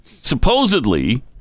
Supposedly